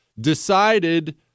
decided